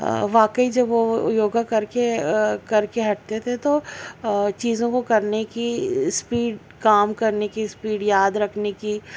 واقعی جب وہ یوگا کر کے کر کے ہٹتے تھے تو چیزوں کو کرنے کی اسپیڈ کام کرنے کی اسپیڈ یاد رکھنے کی